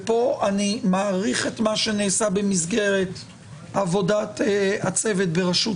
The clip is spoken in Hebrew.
ופה אני מעריך את מה שנעשה במסגרת עבודת הצוות בראשות